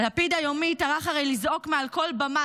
הלפיד היומי טרח הרי לזעוק מעל כל במה